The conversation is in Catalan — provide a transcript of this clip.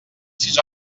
sis